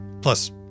Plus